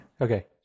Okay